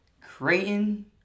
Creighton